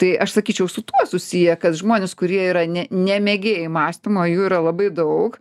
tai aš sakyčiau su tuo susiję kad žmonės kurie yra ne ne mėgėjai mąstymo jų yra labai daug